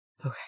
Okay